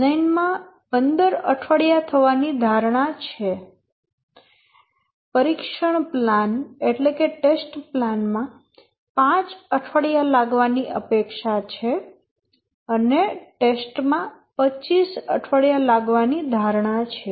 design માં 15 અઠવાડિયા થવાની ધારણા છે પરીક્ષણ પ્લાન માં 5 અઠવાડિયા લાગવાની અપેક્ષા છે અને ટેસ્ટ માં 25 અઠવાડિયા લાગવાની ધારણા છે